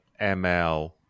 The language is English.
ML